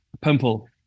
pimple